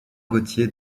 gaultier